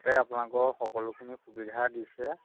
তাতে আপোনালোকৰ সকলোখিনি সুবিধা দিছে